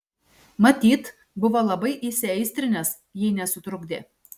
matyt buvo labai įsiaistrinęs jei nesutrukdė